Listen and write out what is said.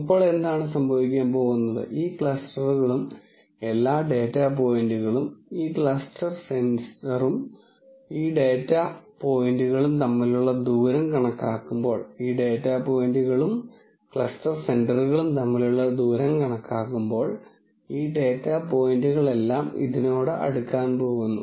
അപ്പോൾ എന്താണ് സംഭവിക്കാൻ പോകുന്നത് ഈ ക്ലസ്റ്ററും എല്ലാ ഡാറ്റാ പോയിന്റുകളും ഈ ക്ലസ്റ്റർ സെന്ററും ഈ ഡാറ്റ പോയിന്റുകളും തമ്മിലുള്ള ദൂരം കണക്കാക്കുമ്പോൾ ഈ ഡാറ്റ പോയിന്റുകളെല്ലാം ഇതിനോട് അടുക്കാൻ പോകുന്നു